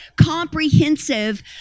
comprehensive